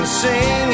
sing